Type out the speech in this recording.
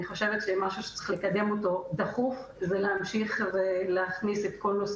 אני חושבת שזה משהו שצריך לקדם אותו דחוף ולהמשיך ולהכניס את כל נושא